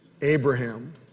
Abraham